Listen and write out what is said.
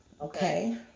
okay